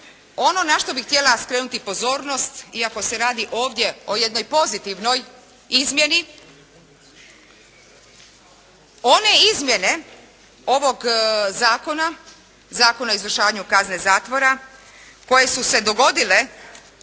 ono na što bi htjela skrenuti pozornost iako se radi ovdje o jednoj pozitivnoj izmjeni, one izmjene ovog zakona, Zakona o izvršavanju kazne zatvora koje su se dogodile